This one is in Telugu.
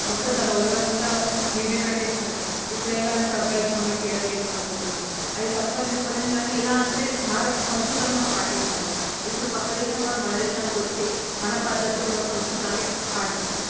మొత్తం తన ఒళ్ళంతా నిండేటట్టు వేసుకునేది ఇప్పుడు ఎలా అంటే అబ్బాయికి అమ్మాయికి తేడా లేకుండా పోతుంది అది తప్పు అని చెప్పలేం కానీ ఎలా అంటే మన సంస్కృతి మనం పాటించాలి ఇప్పుడు పక్క దేశం వాళ్ళు మన దేశానికి వచ్చి మన పద్ధతులు మన సంస్కృతాన్ని పాటిస్తారు